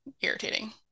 irritating